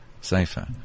safer